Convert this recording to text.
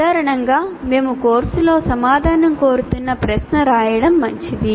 సాధారణంగా మేము కోర్సులో సమాధానం కోరుతున్న ప్రశ్న రాయడం మంచిది